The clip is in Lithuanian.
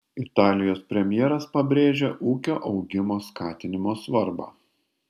italijos premjeras pabrėžė ūkio augimo skatinimo svarbą